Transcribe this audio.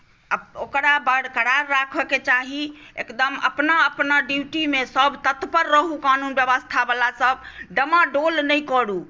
ओकरा बरकरार राखऽके चाही एकदम अपना अपना ड्युटी मे सभ तत्पर रहु कानून व्यवस्था वाला सभ डमाडोल नहि करु